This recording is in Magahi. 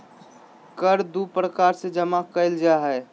कर दू प्रकार से जमा कइल जा हइ